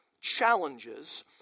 challenges